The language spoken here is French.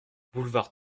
boulevard